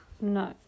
No